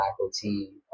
faculty